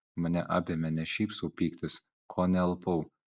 mane apėmė ne šiaip sau pyktis kone alpau